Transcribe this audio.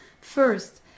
First